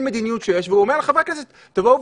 מדיניות הזו והוא אומר לחברי הכנסת: בואו,